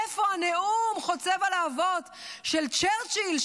איפה הנאום חוצב הלהבות של צ'רצ'יל,